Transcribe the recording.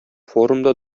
форумда